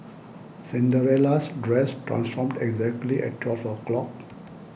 Cinderella's dress transformed exactly at twelve o'clock